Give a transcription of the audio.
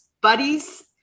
buddies